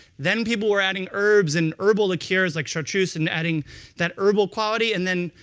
then people were adding herbs and herbal liqueurs, like chartreuse, and adding that herbal quality. and then,